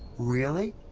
really?